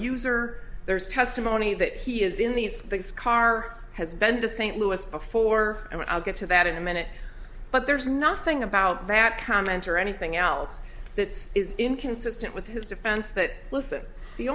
user there's testimony that he is in these things car has ben to st louis before and i'll get to that in a minute but there's nothing about that comment or anything else that is inconsistent with his defense that listen the